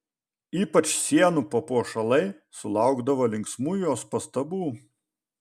ypač sienų papuošalai sulaukdavo linksmų jos pastabų